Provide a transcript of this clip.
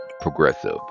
progressive